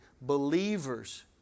believers